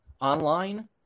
online